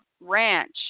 ranch